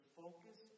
focus